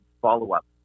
follow-up